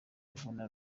yvonne